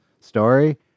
story